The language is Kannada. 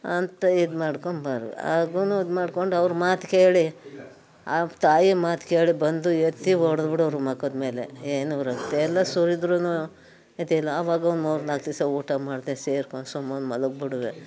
ಅಂತ ಇದ್ಮಾಡ್ಕೊಂಡು ಬರೋ ಆದ್ರೂ ಇದ್ಮಾಡ್ಕೊಂಡು ಅವ್ರ ಮಾತು ಕೇಳಿ ಅವ್ರ ತಾಯಿ ಮಾತು ಕೇಳಿ ಬಂದು ಎತ್ತಿ ಹೊಡ್ದು ಬಿಡೋರು ಮಖದ್ಮೇಲೆ ಏನು ರಕ್ತವೆಲ್ಲ ಸುರಿದ್ರೂ ಇದಿಲ್ಲ ಅವಾಗ ಒಂದು ಮೂರು ನಾಲ್ಕು ದಿವಸ ಊಟ ಮಾಡದೆ ಸೇರ್ಕೊಂಡು ಸುಮ್ಮನೆ ಮಲಗಿ ಬಿಡುವೆ